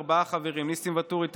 ארבעה חברים: ניסים ואטורי,